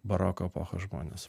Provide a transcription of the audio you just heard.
baroko epochos žmonės